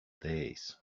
days